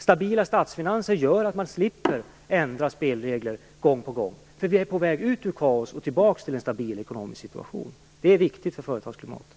Stabila statsfinanser gör att man slipper ändra spelregler gång på gång. Vi är på väg ut ur kaos och tillbaka till en stabil ekonomisk situation, och det är viktigt för företagsklimatet.